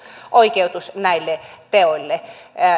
oikeutus näille teoille